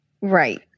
Right